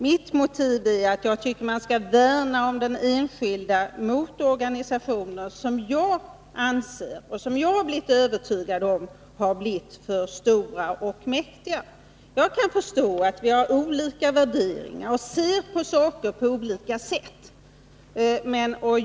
Mitt motiv är att jag tycker att man skall värna om den enskilde mot organisationer, vilka jag anser — det har jag blivit övertygad om — har blivit för stora och för mäktiga. Jag kan förstå att vi har olika värderingar och ser på saker på olika sätt.